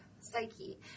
psyche